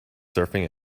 surfing